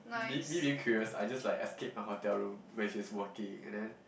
be being very curious I just like escaped my hotel room when she was working and then